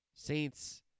Saints